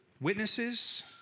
witnesses